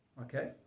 Okay